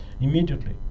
Immediately